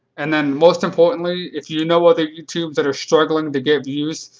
and then most importantly, if you know other youtubers that are struggling to get views,